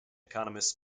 economists